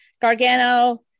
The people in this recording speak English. Gargano